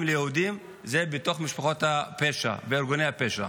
ליהודים הוא בתוך משפחות הפשע וארגוני הפשע.